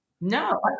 No